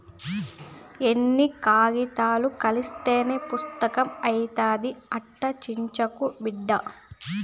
ఎన్నో కాయితాలు కలస్తేనే పుస్తకం అయితాది, అట్టా సించకు బిడ్డా